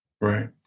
Right